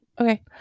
Okay